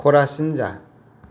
खरासिन जा